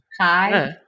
Hi